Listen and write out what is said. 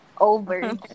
Over